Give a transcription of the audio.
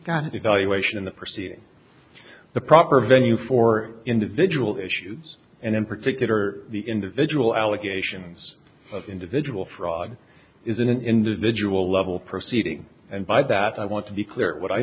the valuation in the proceeding the proper venue for individual issues and in particular the individual allegations of individual fraud is an individual level proceeding and by that i want to be clear what i